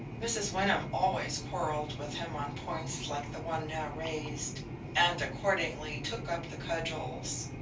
mrs. wyndham always quarreled with him on points like the one now raised, and accordingly took up the cudgels.